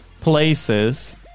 places